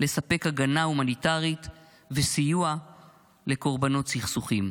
לספק הגנה הומניטרית וסיוע לקורבנות סכסוכים.